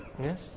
Yes